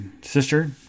sister